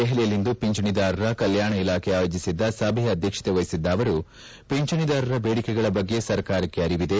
ದೆಹಲಿಯಲ್ಲಿಂದು ಖಂಚಣಿದಾರರ ಕಲ್ಕಾಣ ಇಲಾಖೆ ಆಯೋಜಿಸಿದ್ದ ಸಭೆಯ ಅಧ್ಯಕ್ಷತೆ ವಹಿಸಿದ್ದ ಅವರು ಖಂಚಣಿದಾರರ ಬೇಡಿಕೆಗಳ ಬಗ್ಗೆ ಸರ್ಕಾರಕ್ಕೆ ಅರಿವಿದೆ